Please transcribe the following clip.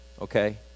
okay